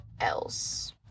else